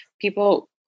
People